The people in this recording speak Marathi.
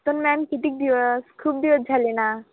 पण मॅम किती दिवस खूप दिवस झाले ना